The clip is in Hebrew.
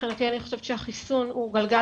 מבחינתי אני חושבת שהחיסון הוא גלגל